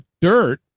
dirt